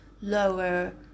lower